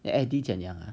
eddie 怎样啊